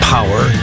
Power